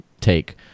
take